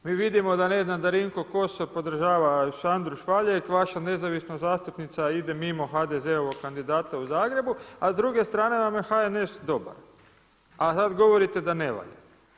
Mi vidimo da ne znam Darinko Kosor podržava Sandru Švaljeg, vaša nezavisna zastupnica ide mimo HDZ-ovog kandidata u Zagrebu, a s druge strane vam je HNS dobar, a sad govorite da ne valja.